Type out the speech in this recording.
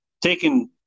taking